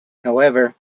however